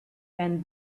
and